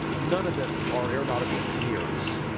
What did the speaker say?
none of them are aeronautical engineers